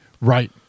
Right